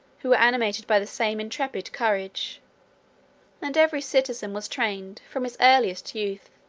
who were animated by the same intrepid courage and every citizen was trained, from his earliest youth,